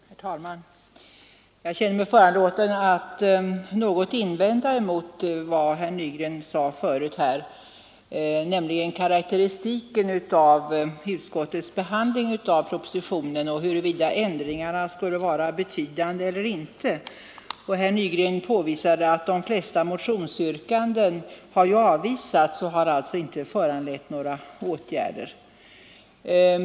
Herr talman! Jag känner mig föranlåten att något invända mot herr Nygrens karakteristik av utskottets behandling av propositionen och hans resonemang om huruvida ändringarna skulle vara betydande eller inte. Herr Nygren påvisade att de flesta motionsyrkanden har avvisats och alltså inte föranlett några åtgärder.